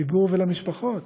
לציבור ולמשפחות,